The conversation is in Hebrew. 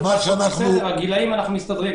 בגילאים אנחנו מסתדרים.